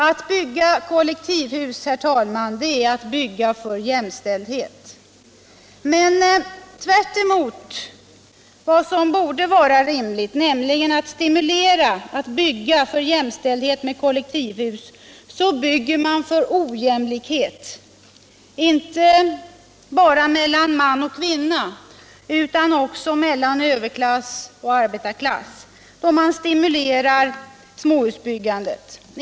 Att bygga kollektivhus, herr talman, det är att bygga för jämställdhet. Men tvärtemot vad som borde vara rimligt — nämligen att stimulera ett byggande av kollektivhus för jämställdhet — så bygger man för ojämlikhet, inte bara mellan man och kvinna utan också mellan överklass och arbetarklass. Man stimulerar småhusbyggandet.